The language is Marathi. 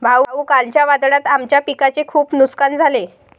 भाऊ, कालच्या वादळात आमच्या पिकाचे खूप नुकसान झाले